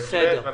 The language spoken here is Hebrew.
בהחלט.